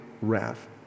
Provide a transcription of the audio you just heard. wrath